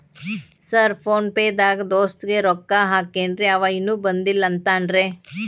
Sir PhonePe ದಾಗ ದೋಸ್ತ್ ಗೆ ರೊಕ್ಕಾ ಹಾಕೇನ್ರಿ ಅಂವ ಇನ್ನು ಬಂದಿಲ್ಲಾ ಅಂತಾನ್ರೇ?